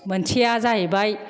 मोनसेया जाहैबाय